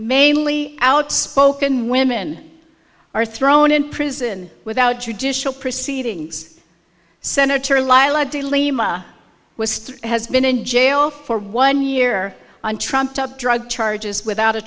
mainly outspoken women are thrown in prison without judicial proceedings sen laila de lima with has been in jail for one year on trumped up drug charges without a